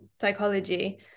psychology